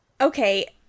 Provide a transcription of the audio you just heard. Okay